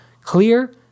Clear